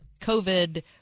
COVID